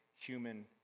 human